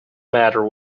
matter